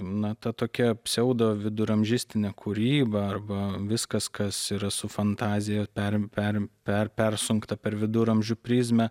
na ta tokia pseudoviduramžistinė kūryba arba viskas kas yra su fantazija perim perimt per persunkta per viduramžių prizmę